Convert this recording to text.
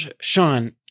Sean